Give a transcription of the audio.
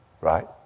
Right